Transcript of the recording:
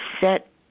set